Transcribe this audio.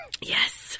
Yes